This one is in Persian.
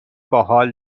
باحال